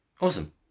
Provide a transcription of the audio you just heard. awesome